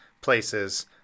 places